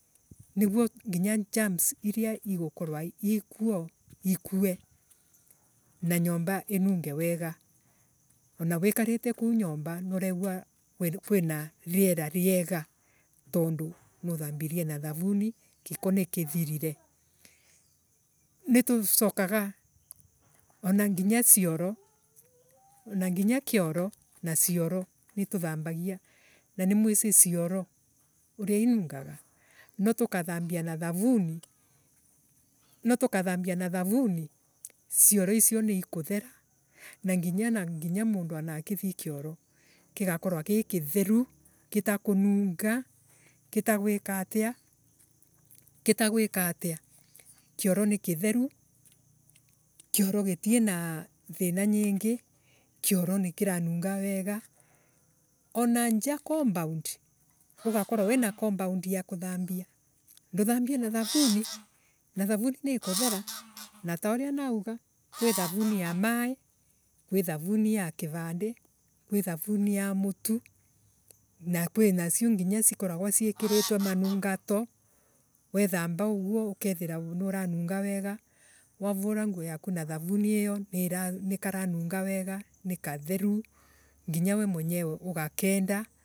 Niguo nginya germs iria igukurwa ciekwa ikue na nyomba inunge wega. Ana wikarite kuu nyumba niuregua kwina riera riega tondu niuthambirie nathamuni. giko nikithirire. Nitucokaga ana nginya cioro na nginya kioro na cioro nituthambaga. Na nimuici uguo cioro inungaga no tukathambia na thavuni no tukathamba na thavuni cioro icio niikuthera. Na nginya. Nginya mundu akithie kioro gigakorwo gikitheru. Gitakununga gitaguikatia. gitaguikatia. Kioro ni kitheru kiorogitinathira nyingi. kioro nikiranunga wega. Ananja compound ugakorwo wina compund ya kuthambua ndutha mbie na thamuni. Na thavuni ya maii. kwi thavuni ya mutu na kwinacio nginyo cikoragwa ciikiritwe manungato. wethamba uguo ukegua nuuranunga wega. Wavura nguo yaku na thavuni iyoni karanunga wega. ni katheru nginya we mwenyewe ugakenda